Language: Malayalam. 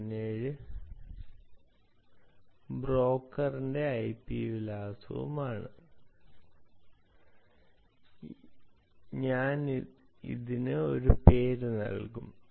17 ബ്രോക്കറിന്റെ ഐപി വിലാസവുമാണ് ഞാൻ ഇതിന് ഒരു പേര് നൽകും